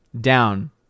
down